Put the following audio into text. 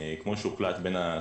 כפי שהוחלט בין השרים,